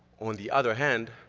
on the other hand,